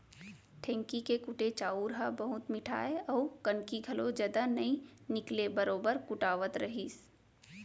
ढेंकी के कुटे चाँउर ह बहुत मिठाय अउ कनकी घलौ जदा नइ निकलय बरोबर कुटावत रहिस